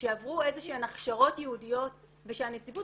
שעברו איזה שהן הכשרות ייעודיות ושהנציבות